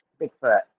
Bigfoot